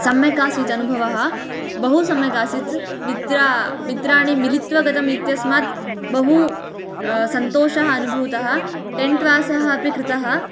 सम्यक् आसीत् अनुभवः बहुसम्यक् आसीत् मित्रा मित्राणि मिलित्वा गतम् इत्यस्मात् बहु सन्तोषः अनुभूतः टेण्ट् वासः अपि कृतः